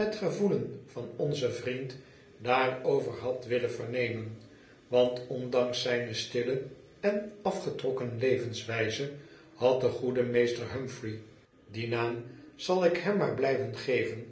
het gevoelen van onzen vriend daarover had willen vernemen want ondanks zyne stille en afgetrokken levenswyze had de goede meester humphrey dien naam zal ik hem maar blyven geven